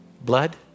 blood